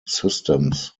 systems